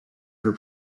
her